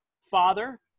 Father